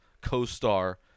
co-star